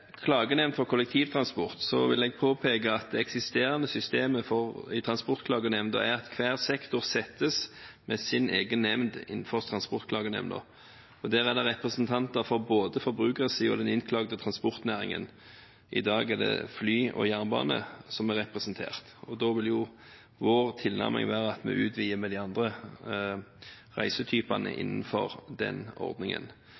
klagenemnd for kollektivtransport, vil jeg påpeke at det eksisterende systemet for Transportklagenemnda er at hver sektor settes med sin egen nemnd innenfor Transportklagenemnda. Der er det representanter fra både forbrukersiden og den innklagede transportnæringen. I dag er det fly og jernbane som er representert, og da vil vår tilnærming være at vi utvider med de andre reisetypene